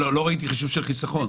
לא ראיתי חישוב של חיסכון.